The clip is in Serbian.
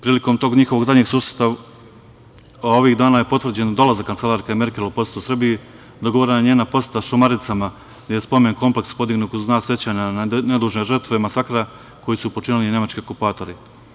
Prilikom tog njihovog zadnjeg susreta ovih dana je potvrđen dolazak kancelarke Merkel u posetu Srbiji, dogovorena je njena poseta Šumaricama, gde je spomen kompleks podignut u znak sećanja na nedužne žrtve masakra koji su počinili nemački okupatori.